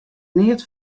neat